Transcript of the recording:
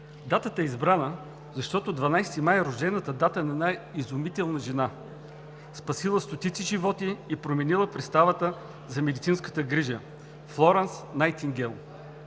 Датата е избрана, защото 12 май е рождената дата на една изумителна жена, спасила стотици животи и променила представата за медицинската грижа – Флорънс Найтингейл.